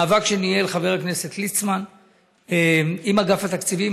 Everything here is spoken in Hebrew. מאבק שניהל חבר הכנסת ליצמן עם אגף התקציבים.